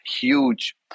huge